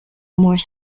more